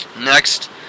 Next